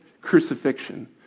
crucifixion